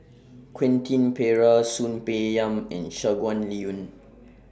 Quentin Pereira Soon Peng Yam and Shangguan Liuyun